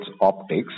optics